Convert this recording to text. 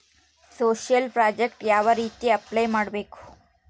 Social project ಯಾವ ರೇತಿ apply ಮಾಡಬೇಕು?